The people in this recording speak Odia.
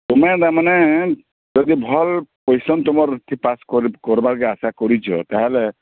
ତୁମେ ତା'ମାନେ ଯଦି ଭଲ୍ ପୋଜିସନ୍ ତୁମର ରଖି ପାସ୍ କରି କର୍ବାକେ ଆଶା କରିଛ ତାହାଲେ